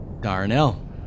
Darnell